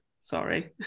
sorry